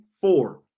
Four